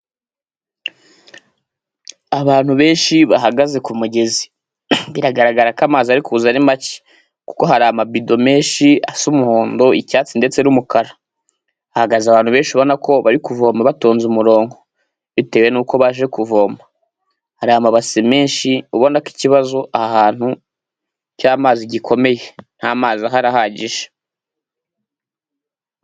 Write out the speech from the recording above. Abantu benshi bahagaze ku mugezi bigaragara ko amazi ari kuza ari make kuko hari amabido menshi asa umuhondo, icyatsi ndetse n'umukara. Hahagaze abantu benshi ubona ko bari kuvoma batonze umurongo bitewe n'uko baje kuvoma, hari amabasi menshi ubona ko ikibazo aha hantu cy'amazi gikomeye nta mazi ahari ahagije.